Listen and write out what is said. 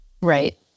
Right